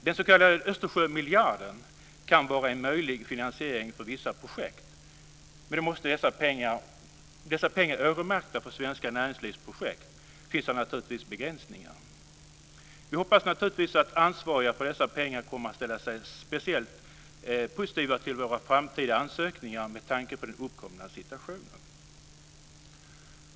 Den s.k. Östersjömiljarden kan vara en möjlig finansiering för vissa projekt, men då dessa pengar är öronmärkta för svenska näringslivsprojekt finns det naturligtvis begränsningar. Vi hoppas att ansvariga för dessa pengar kommer att ställa sig speciellt positiva till våra framtida ansökningar med tanke på den uppkomna situationen.